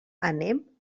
anem